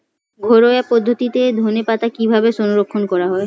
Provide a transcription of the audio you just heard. ঘরোয়া পদ্ধতিতে ধনেপাতা কিভাবে সংরক্ষণ করা হয়?